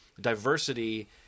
diversity